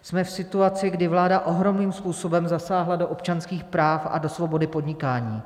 Jsme v situaci, kdy vláda ohromným způsobem zasáhla do občanských práv a do svobody podnikání.